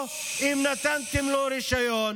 או, אם נתתם לו רישיון,